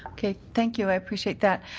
thank you, i appreciate that.